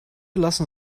lassen